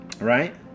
right